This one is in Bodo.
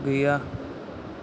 गैया